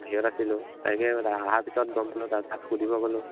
বাহিৰত আছিলোঁ তাইকে অহাৰ পিছত গম পালোঁ তাত সুধিব গ'লোঁ